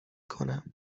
کنم